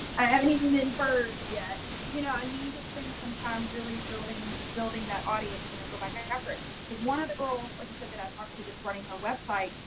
i haven't even been bird yet you know i need to spend some time really building building that audience and then go back i ever. here's one of the girls like i said that i've talked to that's running her website.